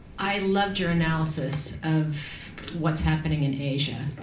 i loved your analysis of what's happening in asia,